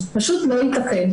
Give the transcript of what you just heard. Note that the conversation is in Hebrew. פשוט לא ייתכן.